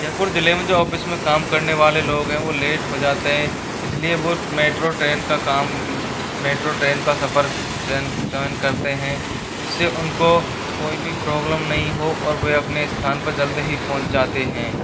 जयपुर ज़िले में जो ऑफिस में काम करने वाले लोग हैं वो लेट हो जाते हैं इसलिए वो मैट्रो ट्रेन का काम मैट्रो ट्रेन का सफ़र चयन चयन करते हैं जिससे उनको कोई भी प्रॉब्लम नहीं हो और वह अपने स्थान पर जल्द ही पहुँच जाते हैं